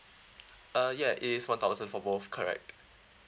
uh ya it is one thousand for both correct